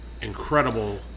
incredible